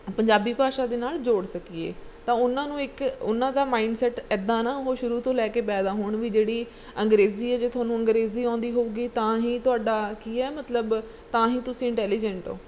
ਪੰਜਾਬੀ ਭਾਸ਼ਾ ਦੇ ਨਾਲ ਜੋੜ ਸਕੀਏ ਤਾਂ ਉਹਨਾਂ ਨੂੰ ਇੱਕ ਉਹਨਾਂ ਦਾ ਮਾਇੰਡਸੈਟ ਇੱਦਾਂ ਨਾ ਉਹ ਸ਼ੁਰੂ ਤੋਂ ਲੈ ਕੇ ਪੈਦਾ ਹੋਣ ਵੀ ਜਿਹੜੀ ਅੰਗਰੇਜ਼ੀ ਹੈ ਜੇ ਤੁਹਾਨੂੰ ਅੰਗਰੇਜ਼ੀ ਆਉਂਦੀ ਹੋਵੇਗੀ ਤਾਂ ਹੀ ਤੁਹਾਡਾ ਕੀ ਹੈ ਮਤਲਬ ਤਾਂ ਹੀ ਤੁਸੀਂ ਇੰਟੈਲੀਜੈਂਟ ਹੋ